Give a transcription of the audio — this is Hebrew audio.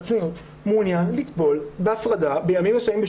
מעוניין לטבול בהפרדה בימים מסוימים,